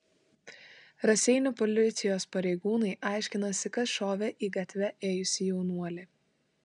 raseinių policijos pareigūnai aiškinasi kas šovė į gatve ėjusį jaunuolį